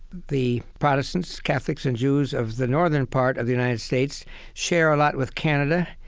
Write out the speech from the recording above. the protestants, catholics, and jews of the northern part of the united states share a lot with canada,